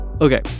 Okay